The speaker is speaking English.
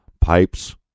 Pipes